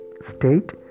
state